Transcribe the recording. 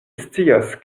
scias